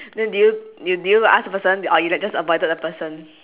then did you did you did you ask the person or you like just avoided the person